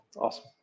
Awesome